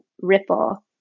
ripple